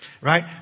right